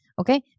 okay